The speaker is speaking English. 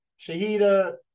Shahida